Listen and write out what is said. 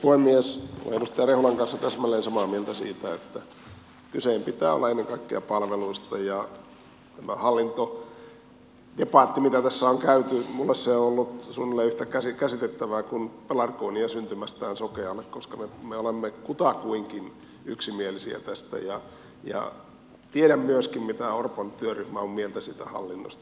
olen edustaja rehulan kanssa täsmälleen samaa mieltä siitä että kyseen pitää olla ennen kaikkea palveluista ja tämä hallintodebatti mitä tässä on käyty on minulle ollut suunnilleen yhtä käsitettävää kuin pelargonia syntymästään sokealle koska me olemme kutakuinkin yksimielisiä tästä ja tiedän myöskin mitä orpon työryhmä on mieltä siitä hallinnosta